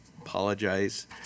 apologize